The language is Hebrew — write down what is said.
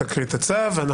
תקריאי את הצו.